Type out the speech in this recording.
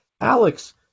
Alex